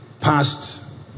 passed